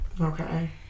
Okay